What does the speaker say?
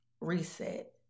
Reset